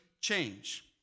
change